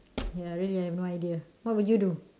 ya really I have no idea what would you do